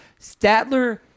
Statler